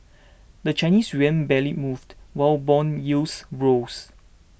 the Chinese yuan barely moved while bond yields rose